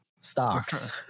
stocks